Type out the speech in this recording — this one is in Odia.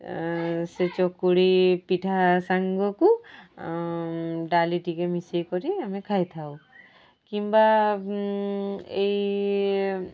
ସେ ଚକୁଡ଼ି ପିଠା ସାଙ୍ଗକୁ ଡାଲି ଟିକେ ମିଶାଇକରି ଆମେ ଖାଇଥାଉ କିମ୍ବା ଏଇ